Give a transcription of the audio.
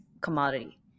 commodity